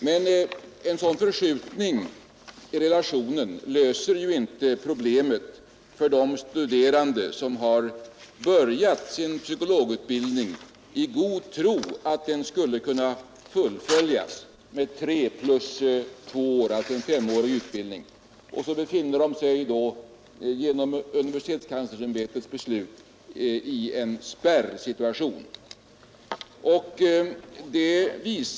Men en sådan förskjutning i relationen löser ju inte problemet för de studerande som har börjat sin psykologutbildning i god tro att den skulle kunna fullföljas med att omfatta 3 + 2 år, alltså en femårig utbildning, och som genom universitetskanslersämbetets beslut kommit i en spärrsituation.